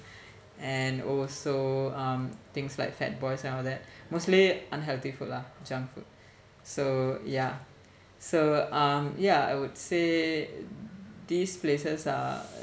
and also um things like Fat Boys and all that mostly unhealthy food lah junk food so yeah so um yeah I would say these places are